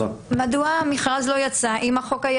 --- מדוע המכרז לא יצא אם החוק היה